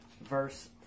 verse